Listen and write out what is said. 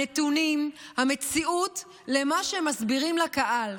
הנתונים, המציאות, למה שמסבירים לקהל.